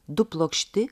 du plokšti